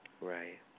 Right